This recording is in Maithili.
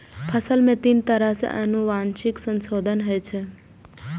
फसल मे तीन तरह सं आनुवंशिक संशोधन होइ छै